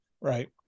right